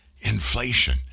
Inflation